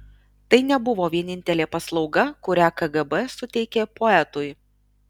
tai nebuvo vienintelė paslauga kurią kgb suteikė poetui